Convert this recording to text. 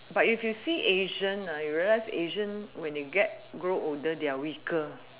but you can see asian you realize asian when they get grow older they are weaker